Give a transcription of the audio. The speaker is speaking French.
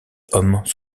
hommes